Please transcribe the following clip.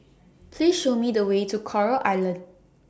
Please Show Me The Way to Coral Island